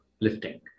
lifting